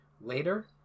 Later